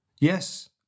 Yes